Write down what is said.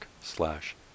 slash